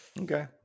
okay